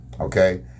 okay